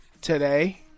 today